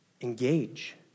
engage